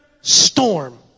storm